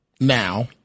now